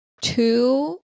two